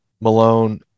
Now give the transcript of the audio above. Malone